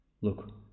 Look